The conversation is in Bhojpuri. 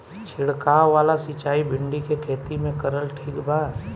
छीरकाव वाला सिचाई भिंडी के खेती मे करल ठीक बा?